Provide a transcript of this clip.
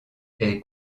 est